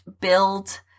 build